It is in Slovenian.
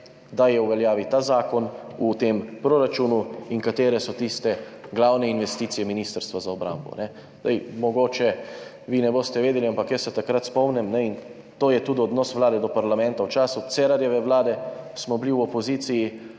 da je v veljavi ta zakon v tem proračunu, in katere so tiste glavne investicije Ministrstva za obrambo. Mogoče vi ne boste vedeli, ampak jaz se od takrat spomnim, in to je tudi odnos vlade do parlamenta, v času Cerarjeve vlade smo bili v opoziciji,